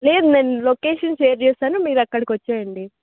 లేదు నేను location share చేస్తాను మీరు అక్కడికి వచ్చేయండి